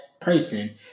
person